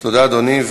תודה, אדוני.